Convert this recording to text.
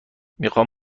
میخوام